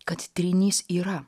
kad trynys yra